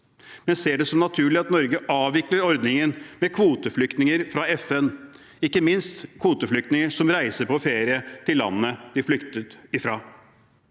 Men vi ser det som naturlig at Norge avvikler ordningen med kvoteflyktninger fra FN, ikke minst kvoteflyktninger som reiser på ferie til landet de flyktet fra.